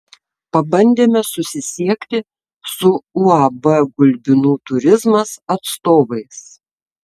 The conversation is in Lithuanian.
pabandėme susisiekti su uab gulbinų turizmas atstovais